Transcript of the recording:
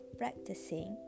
practicing